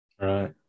Right